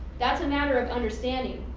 that's a matter of understanding.